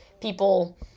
people